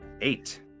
eight